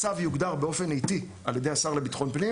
הצו יוגדר באופן עיתי על ידי השר לביטחון פנים